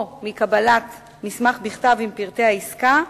או מקבלת מסמך בכתב עם פרטי העסקה,